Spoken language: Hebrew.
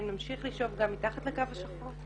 האם נמשיך לשאוב גם מתחת לקו השחור?